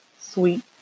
sweet